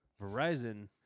Verizon